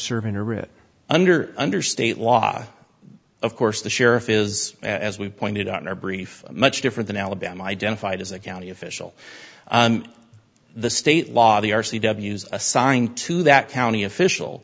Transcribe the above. serving a writ under under state law of course the sheriff is as we pointed out in our brief much different than alabama identified as a county official and the state law the r c w s assigned to that county official